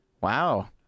Wow